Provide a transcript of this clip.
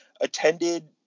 attended